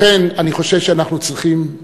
לכן אני חושב שאנחנו צריכים,